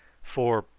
for,